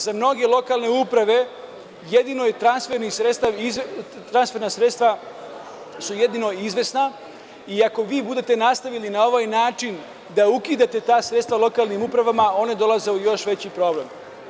Za mnoge lokalne uprave jedino su transferna sredstva izvesna i ako vi budete nastavili na ovaj način da ukidate ta sredstva lokalnim upravama one dolaze u još veći problem.